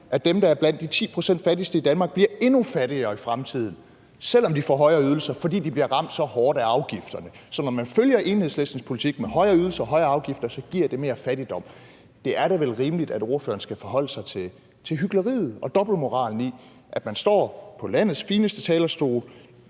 at dem, der er blandt de 10 pct. fattigste i Danmark, bliver endnu fattigere i fremtiden, selv om de får højere ydelser, fordi de bliver ramt så hårdt af afgifterne. Så når man følger Enhedslistens politik med højere ydelser og højere afgifter, giver det mere fattigdom. Det er da vel rimeligt, at ordføreren skal forholde sig til hykleriet og dobbeltmoralen i, at man står på landets fineste talerstol